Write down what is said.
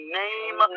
name